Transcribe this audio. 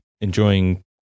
enjoying